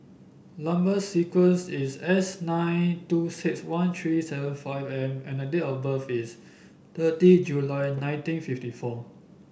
number sequence is S nine two six one three seven five M and date of birth is thirty July nineteen fifty four